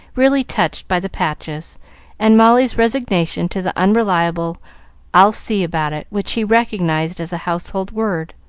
really touched by the patches and molly's resignation to the unreliable i'll see about it, which he recognized as a household word.